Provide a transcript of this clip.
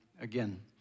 again